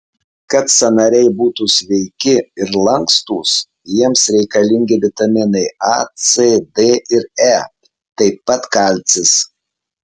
kad sąnariai būtų sveiki ir lankstūs jiems reikalingi vitaminai a c d ir e taip pat kalcis